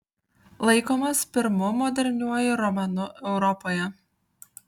laikomas pirmu moderniuoju romanu europoje